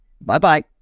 Bye-bye